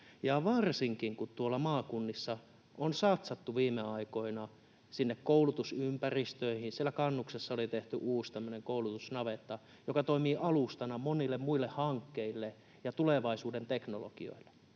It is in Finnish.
varsinkin kun tuolla maakunnissa on satsattu viime aikoina sinne koulutusympäristöihin. Siellä Kannuksessa oli tehty tämmöinen uusi koulutusnavetta, joka toimii alustana monille muille hankkeille ja tulevaisuuden teknologioille.